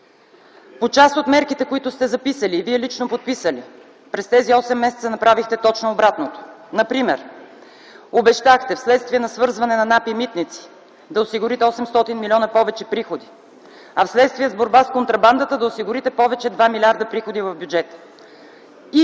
По част от мерките, които сте записали и Вие лично подписали, през тези осем месеца направихте точно обратното. Например: обещахте вследствие на свързване на НАП и „Митници” да осигурите 800 млн. повече приходи, а вследствие с борба с контрабандата да осигурите повече 2 млрд. приходи в бюджета и